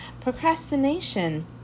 procrastination